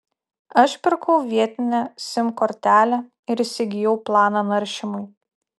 aš pirkau vietinę sim kortelę ir įsigijau planą naršymui